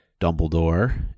Dumbledore